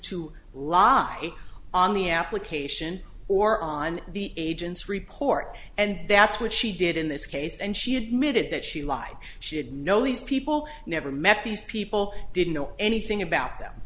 to lie on the application or on the agent's report and that's what she did in this case and she admitted that she lied she had no these people never met these people didn't know anything about them